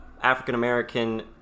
African-American